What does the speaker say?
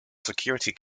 security